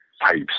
pipes